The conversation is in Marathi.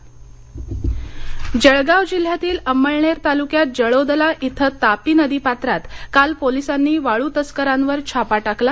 जळगाव जळगाव जिल्ह्यातील अंमळनेर तालुक्यात जळोदला इथं तापी नदी पात्रात काल पोलिसांनी वाळू तस्करांवर छापा टाकला